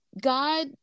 God